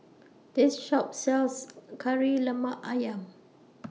This Shop sells Kari Lemak Ayam